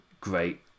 great